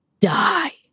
die